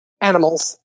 animals